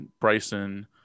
Bryson